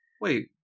wait